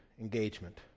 engagement